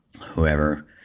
whoever